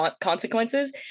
consequences